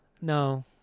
no